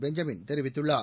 Benjamin தெரிவித்துள்ளார்